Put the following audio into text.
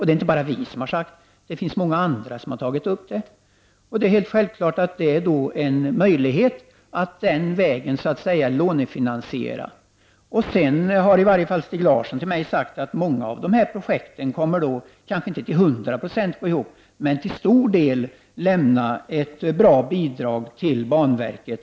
Det är inte bara vi som har sagt detta, utan det är många andra som har tagit upp det. Det finns självfallet en möjlighet att den vägen lånefinansiera investeringarna. Sedan har i varje fall Stig Larsson sagt till mig att många av dessa projekt kommer att gå ihop, kanske inte till hundra procent men tillräckligt för att lämna ett bra bidrag till banverket.